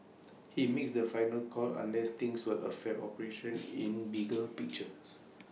he makes the final call unless things will affect operations in bigger pictures